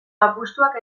apustuak